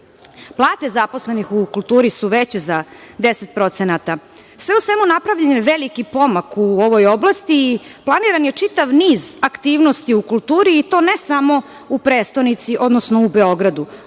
zaposlenih u kulturi su veće za 10%. Sve u svemu napravljen je veliki pomak u ovoj oblasti i planiran je čitav niz aktivnosti u kulturi i to ne samo u prestonici, odnosno u Beogradu.